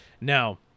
Now